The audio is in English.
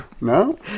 no